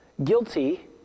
guilty